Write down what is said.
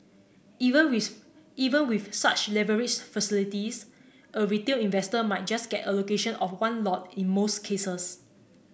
even with even with such leverage facilities a retail investor might just get allocation of one lot in most cases